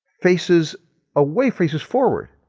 faces away, faces forward.